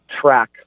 track